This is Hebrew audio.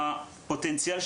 מאתמול.